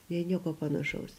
jei nieko panašaus